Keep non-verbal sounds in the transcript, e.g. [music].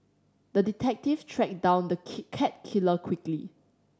the detective tracked down the [unintelligible] cat killer quickly